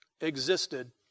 existed